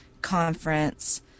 conference